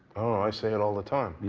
i say it all the time. me,